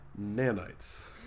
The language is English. nanites